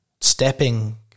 stepping